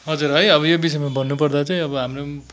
हजुर है अब यो विषयमा भन्नुपर्दा चाहिँ अब हाम्रो